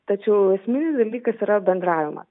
tačiau esminis dalykas yra bendravimas